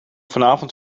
vanavond